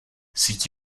síť